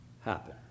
happen